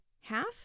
half